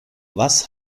was